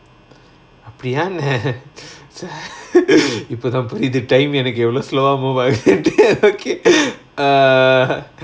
அப்புடியா என்ன:appudiyaa enna இப்ப தான் புரியுது:ippa thaan puriyuthu time எனக்கு எவளோ:enakku evalo slow ah move அகுதுன்னு:aguthunnu err